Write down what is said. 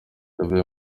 yavugiye